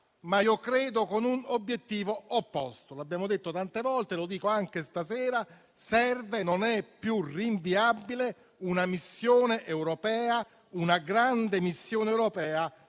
ma credo con un obiettivo opposto, l'abbiamo detto tante volte e lo dico anche stasera: serve e non è più rinviabile una grande missione europea